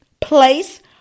place